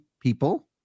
people